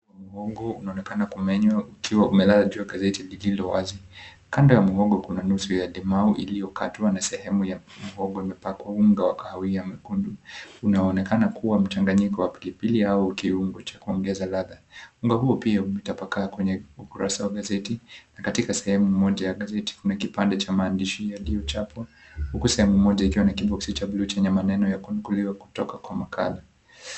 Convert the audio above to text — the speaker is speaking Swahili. Muhogo unonekana kumenywa ukiwa umelala juu ya gazeti lililo wazi. Kando ya muhogo kuna nusu ya limau iliyokatwa na sehemu ya muhogo imepakwa unga wa kahawia nyekundu, unaonaekana kua mchanganyiko wa pilipili au kiungo cha kuongeza ladha. Unga huo pia umetapakaa kwenye ukurasa wa gazeti, na katika sehemu moja ya gazeti kuna kipande cha maandishi yaliyochapwa huku sehemu moja ikiwa na kiboksi cha ya bluu chenye maneno ya kunakiliwa kutoka kwa makala.